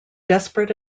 desperate